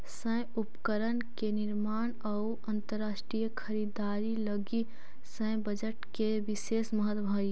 सैन्य उपकरण के निर्माण अउ अंतरराष्ट्रीय खरीदारी लगी सैन्य बजट के विशेष महत्व हई